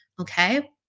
Okay